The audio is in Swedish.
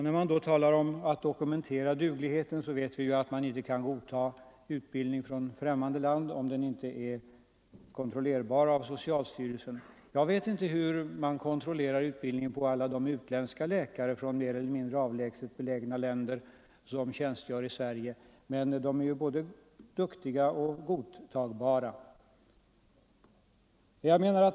När man då talar om att dokumentera duglighet, så vet vi att man inte kan godta utbildning i ffrämmande land om den inte är kontrollerbar av socialstyrelsen. Jag vet inte hur man kontrollerar utbildningen på alla de utländska läkare från mer eller mindre avlägset belägna länder som tjänstgör i Sverige, men de är ju både duktiga och godtagbara.